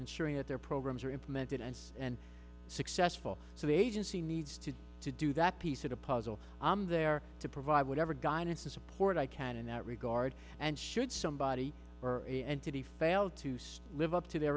ensuring that their programs are implemented and and successful so the agency needs to to do that piece of the puzzle i'm there to provide whatever guidance and support i can in that regard and should somebody or entity fail to live up to their